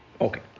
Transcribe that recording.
Okay